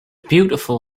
beautiful